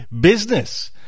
business